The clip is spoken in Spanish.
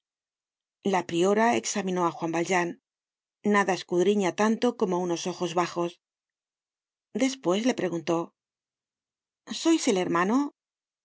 la priora examinó á juan valjean nada escudriña tanto como unos ojos bajos despues le preguntó sois el hermano